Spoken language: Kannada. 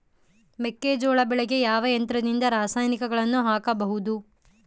ಮೆಕ್ಕೆಜೋಳ ಬೆಳೆಗೆ ಯಾವ ಯಂತ್ರದಿಂದ ರಾಸಾಯನಿಕಗಳನ್ನು ಹಾಕಬಹುದು?